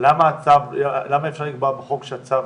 למה אפשר לקבוע בחוק שהצו